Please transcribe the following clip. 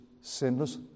sinless